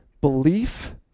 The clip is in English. belief